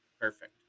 Perfect